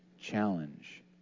challenge